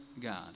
God